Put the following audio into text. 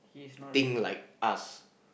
think like us